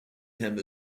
him